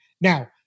Now